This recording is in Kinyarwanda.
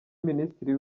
minisitiri